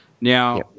Now